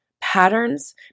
patterns